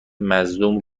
مظلوم